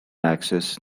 access